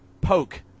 poke